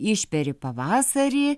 išperi pavasarį